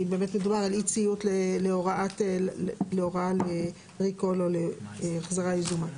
כי באמת מדובר על אי ציות להוראה לריקול או החזרה יזומה.